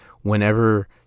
whenever